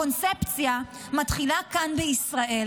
הקונספציה מתחילה כאן בישראל,